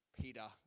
Peter